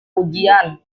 ujian